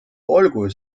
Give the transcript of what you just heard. olgu